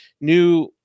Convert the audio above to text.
new